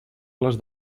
les